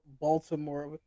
baltimore